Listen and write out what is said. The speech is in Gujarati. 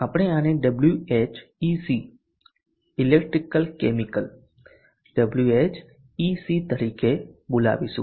આપણે આને Whec ઇલેક્ટ્રિકલ કેમિકલ Whec તરીકે બોલાવીશું